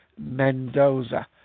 Mendoza